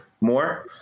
more